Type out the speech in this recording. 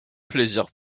plaisir